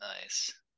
Nice